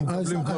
אנחנו מקבלים.